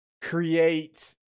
create